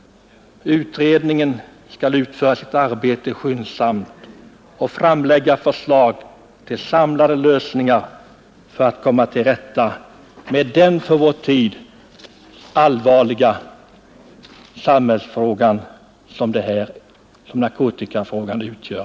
Utredningen skall utföra sitt arbete skyndsamt och framlägga förslag till samlande lösningar för att komma till rätta med den för vår tid allvarliga samhällsfråga som narkotikaproblemet utgör.